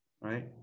right